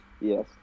Yes